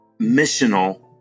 missional